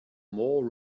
more